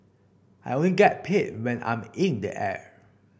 I only get paid when I'm in the air